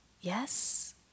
Yes